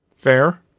Fair